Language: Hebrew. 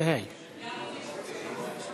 התשע"ה 2015, לוועדת הכספים נתקבלה.